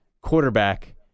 quarterback